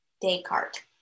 Descartes